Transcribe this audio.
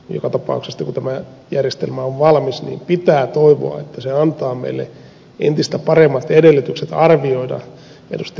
joka tapauksessa sitten kun tämä järjestelmä on valmis pitää toivoa että se antaa meille entistä paremmat edellytykset arvioida ed